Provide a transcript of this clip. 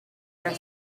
were